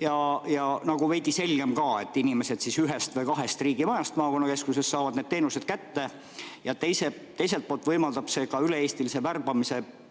[Olukord muutub] veidi selgemaks, kuna inimesed saavad ühest või kahest riigimajast maakonnakeskuses teenused kätte. Teiselt poolt võimaldab see üle-eestilise värbamise